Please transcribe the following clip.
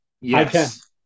Yes